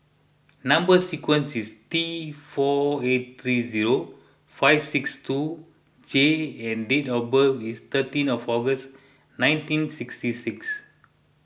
Number Sequence is T four eight three zero five six two J and date of birth is thirteen of August nineteen sixty six